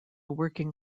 working